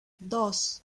dos